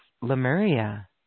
Lemuria